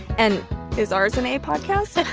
and is ours an a podcast?